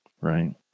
right